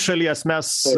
šalies mes